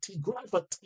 gravity